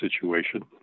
situation